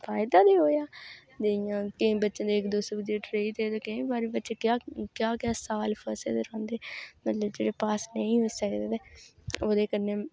फायदा बी होआ ते इं'या केईं बच्चे दे केईं बच्चें क्या क्या साल फसे दे रौहंदे पास नेईं होई सकदे ते ओह्दे कन्नै